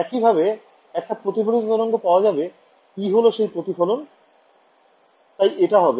একইভাবে একটা প্রতিফলিত তরঙ্গ পাওয়া যাবে E হল সেই প্রতিফলন তাই এটা হবে